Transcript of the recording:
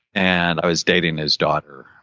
and i was dating his daughter